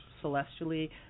celestially